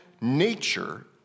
nature